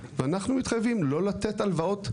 ואנחנו מתחייבים לא לתת הלוואות,